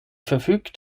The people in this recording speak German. verfügt